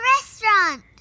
restaurant